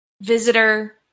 visitor